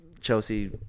Chelsea